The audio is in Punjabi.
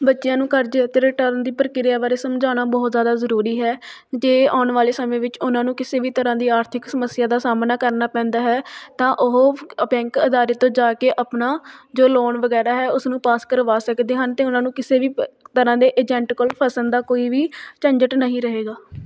ਬੱਚਿਆਂ ਨੂੰ ਕਰਜੇ ਅਤੇ ਰਿਟਰਨ ਦੀ ਪ੍ਰਕਿਰਿਆ ਬਾਰੇ ਸਮਝਾਉਣਾ ਬਹੁਤ ਜ਼ਿਆਦਾ ਜ਼ਰੂਰੀ ਹੈ ਜੇ ਆਉਣ ਵਾਲੇ ਸਮੇਂ ਵਿੱਚ ਉਹਨਾਂ ਨੂੰ ਕਿਸੇ ਵੀ ਤਰ੍ਹਾਂ ਦੀ ਆਰਥਿਕ ਸਮੱਸਿਆ ਦਾ ਸਾਹਮਣਾ ਕਰਨਾ ਪੈਂਦਾ ਹੈ ਤਾਂ ਉਹ ਬੈਂਕ ਅਧਾਰੇ ਤੋਂ ਜਾ ਕੇ ਆਪਣਾ ਜੋ ਲੋਨ ਵਗੈਰਾ ਹੈ ਉਸਨੂੰ ਪਾਸ ਕਰਵਾ ਸਕਦੇ ਹਨ ਅਤੇ ਉਹਨਾਂ ਨੂੰ ਕਿਸੇ ਵੀ ਪ ਤਰ੍ਹਾਂ ਦੇ ਏਜੰਟ ਕੋਲ ਫਸਣ ਦਾ ਕੋਈ ਵੀ ਝੰਜਟ ਨਹੀਂ ਰਹੇਗਾ